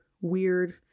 weird